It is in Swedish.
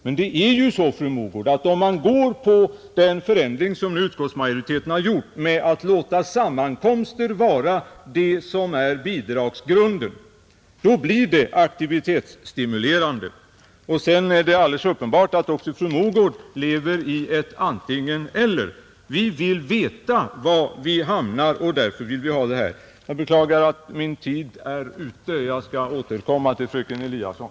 Men, fru Mogård, om man går på den förändring som utskottsmajoriteten föreslagit, nämligen att låta sammankomster vara bidragsgrundande, då blir bidraget aktivitetsstimulerande. Sedan är det alldeles uppenbart att även fru Mogård står inför ett antingen—eller. Vi vill veta var vi hamnar; därför vill vi ha detta. Jag beklagar att min repliktid är ute — jag skall återkomma till fröken Eliasson,